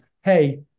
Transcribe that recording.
hey